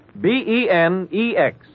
B-E-N-E-X